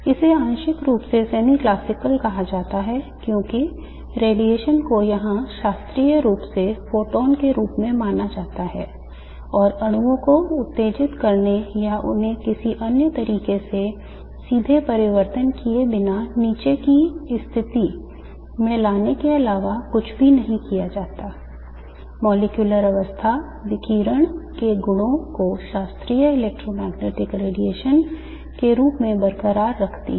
इसे आंशिक रूप से semi classical कहा जाता है क्योंकि रेडिएशन को यहां शास्त्रीय रूप से फोटॉन के रूप में माना जाता है और अणुओं को उत्तेजित करने या उन्हें किसी अन्य तरीके से सीधे परिवर्तन किए बिना नीचे की स्थिति में लाने के अलावा कुछ भी नहीं किया जाता है मॉलिक्यूलर अवस्था विकिरण के गुणों को शास्त्रीय इलेक्ट्रोमैग्नेटिक रेडिएशन के रूप में बरकरार रखती है